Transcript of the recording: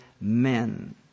men